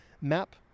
map